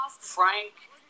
Frank